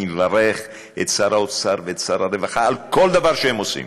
אני מברך את שר האוצר ואת שר הרווחה על כל דבר שהם עושים.